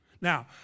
Now